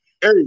Hey